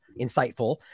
insightful